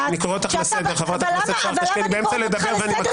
אני אגיד לך יותר מזה --- הצעת החוק שלך היא בלי איזונים ובלמים.